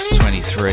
23